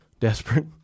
desperate